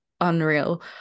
unreal